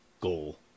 goal